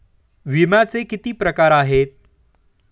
विम्याचे किती प्रकार आहेत?